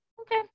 okay